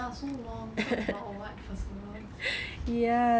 ya so long talk about what for so long